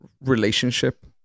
relationship